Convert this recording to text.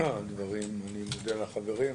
אני מודה לחברים.